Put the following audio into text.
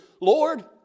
Lord